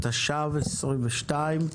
התשפ"ב 2022,